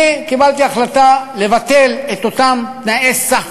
אני קיבלתי החלטה לבטל את אותם תנאי סף.